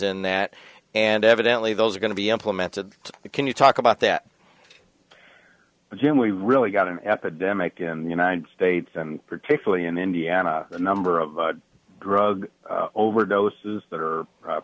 in that and evidently those are going to be implemented can you talk about that jim we really got an epidemic in the united states and particularly in indiana the number of drug overdoses that